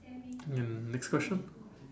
and next question